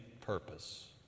purpose